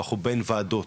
אנחנו בין וועדות,